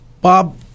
Bob